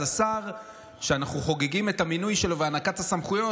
השר שאנחנו חוגגים את המינוי שלו והענקת הסמכויות